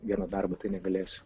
vieną darbą tai negalėsiu